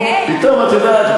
את יודעת,